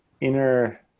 inner